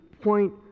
point